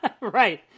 Right